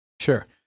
Sure